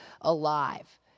alive